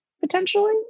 potentially